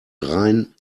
rein